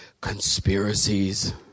conspiracies